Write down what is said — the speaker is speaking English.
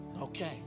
Okay